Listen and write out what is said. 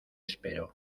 esperó